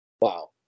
Wow